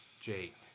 Jake